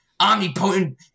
omnipotent